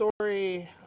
story